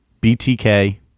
BTK